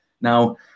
Now